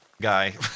Guy